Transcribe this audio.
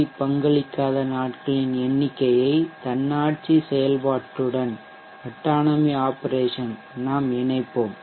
we பங்களிக்காத நாட்களின் எண்ணிக்கையைதன்னாட்சி செயல்பாட்டுடன் நாம் இணைப்போம்